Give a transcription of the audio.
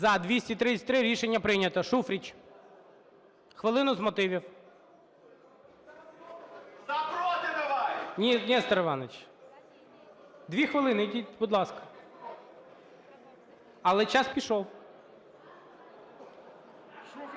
За-233 Рішення прийнято. Шуфрич - хвилину з мотивів. Нестор Іванович, дві хвилини, будь ласка. Але час пішов.